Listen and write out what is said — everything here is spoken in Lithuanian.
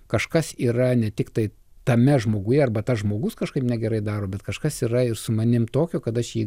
kažkas yra ne tiktai tame žmoguje arba tas žmogus kažkaip negerai daro bet kažkas yra ir su manim tokio kad aš jį